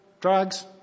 drugs